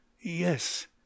Yes